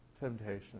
temptation